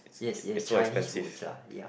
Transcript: yes it has Chinese roots lah ya